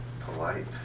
Polite